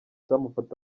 bamufata